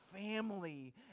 family